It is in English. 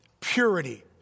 purity